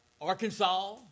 Arkansas